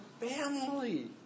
family